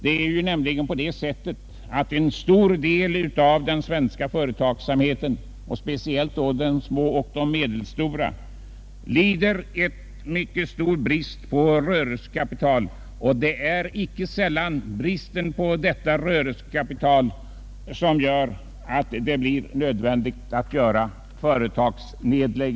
Det är nämligen på det sättet att en stor del av den svenska företagsamheten, speciellt de små och medelstora företagen, lider mycket stor brist på rörelsekapital. Det är icke sällan denna brist på rörelsekapital som gör att det blir nödvändigt att lägga ned företag.